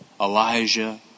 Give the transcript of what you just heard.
Elijah